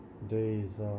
Days